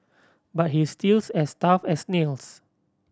but he's stills as tough as nails